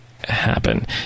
happen